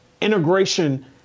integration